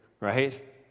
right